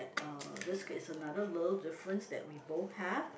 at uh this is another little difference that we both have